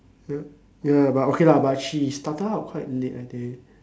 ya but okay lah she started out quite late I think